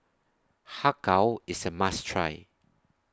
Har Kow IS A must Try